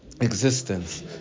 existence